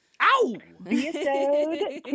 Ow